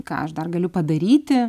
ką aš dar galiu padaryti